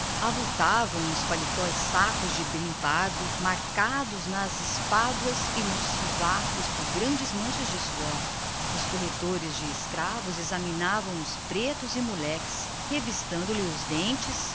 rua avultavam os paletós sacos de brim pardo mosqueados nas espáduas e nos sovacos por grandes manchas de suor os corretores de escravos examinavam à plena luz do sol os negros e moleques que ali estavam para ser vendidos revistavam lhes os dentes